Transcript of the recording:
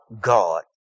God